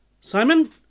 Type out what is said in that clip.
Simon